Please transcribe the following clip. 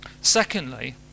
Secondly